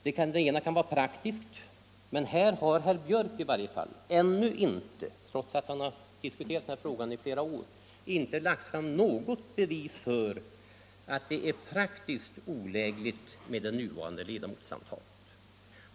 Det ena skälet kan vara praktiska hänsyn, men här har i varje fall herr Björck ännu inte — trots att han har diskuterat denna fråga i flera år — lagt fram något bevis för att det är praktiskt olägligt med det nuvarande ledamotsantalet.